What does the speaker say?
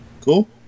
Cool